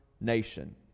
nation